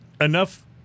enough